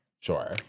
Sure